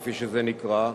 כפי שזה נקרא,